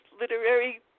literary